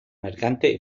mercante